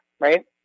right